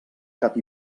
cap